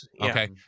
Okay